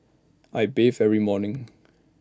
I bathe every morning